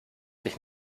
dich